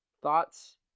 thoughts